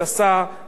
שר האוצר,